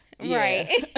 Right